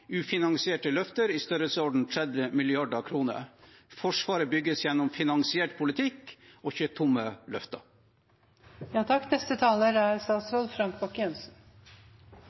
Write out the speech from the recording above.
løfter i størrelsesorden 30 mrd. kr. Forsvaret bygges gjennom finansiert politikk og